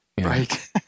Right